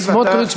סמוֹטריץ,